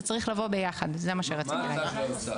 זה צריך לבוא ביחד, זה מה שרציתי להגיד.